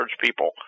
people